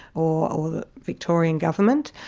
or the victorian government,